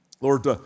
Lord